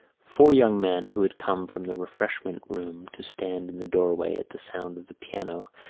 four young men, who had come from the refreshment-room to stand in the doorway at the sound of the piano,